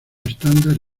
estándar